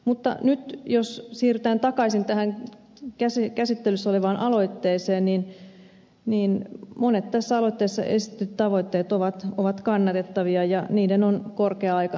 mutta nyt jos siirrytään takaisin tähän käsittelyssä olevaan aloitteeseen monet tässä aloitteessa esitetyt tavoitteet ovat kannatettavia ja niiden on korkea aika toteutua